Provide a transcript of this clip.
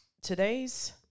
today's